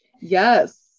Yes